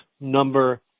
number